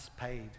paid